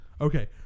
Okay